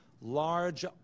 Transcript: large